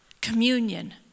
communion